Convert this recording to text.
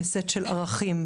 כסט של ערכים,